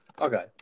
Okay